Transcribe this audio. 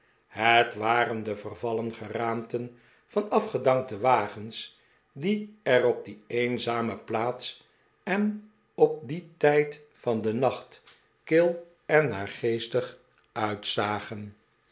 het waren de vervallen geraamten van afgedankte wagens die er op die eenzame plaats en op dien tijd van den nacht kil en naargeestig uitzagen